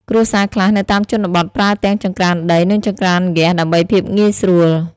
គ្រួសារខ្លះនៅតាមជនបទ ប្រើទាំងចង្រ្កានដី និងចង្រ្កានហ្គាស ដើម្បីភាពងាយស្រួល។